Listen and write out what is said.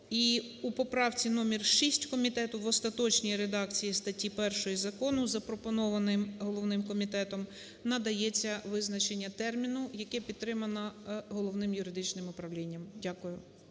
І у поправці номер 6 комітету, в остаточній редакції статті 1 закону, запропонованій головним комітетом, надається визначення терміну, яке підтримано Головним юридичним управлінням. Дякую.